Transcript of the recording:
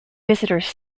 visitors